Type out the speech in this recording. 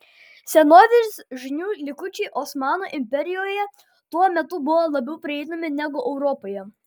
senovės žinių likučiai osmanų imperijoje tuo metu buvo labiau prieinami negu europoje